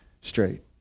straight